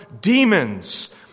demons